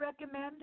recommend